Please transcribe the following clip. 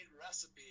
recipe